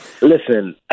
listen